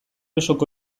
osoko